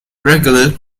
regular